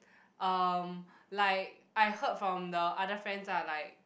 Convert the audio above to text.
um like I heard from the other friends lah like